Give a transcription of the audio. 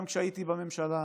גם כשהייתי בממשלה